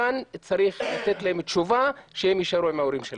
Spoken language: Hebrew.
כאן צריך לתת להם תשובה שהם יישארו עם ההורים שלהם.